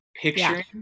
picturing